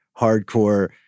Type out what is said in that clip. hardcore